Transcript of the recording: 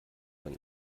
man